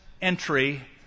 entry